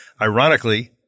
ironically